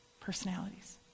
Personalities